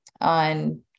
on